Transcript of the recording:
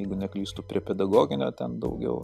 jeigu neklystu prie pedagoginio ten daugiau